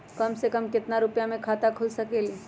कम से कम केतना रुपया में खाता खुल सकेली?